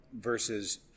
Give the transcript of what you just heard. verses